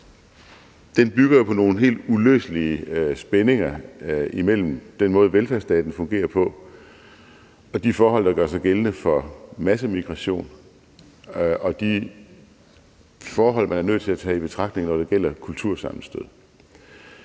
den bygger jo på nogle helt uløselige spændinger imellem den måde, velfærdsstaten fungerer på, de forhold, der gør sig gældende for massemigration, og de forhold, man er nødt til at tage i betragtning, når det gælder kultursammenstød.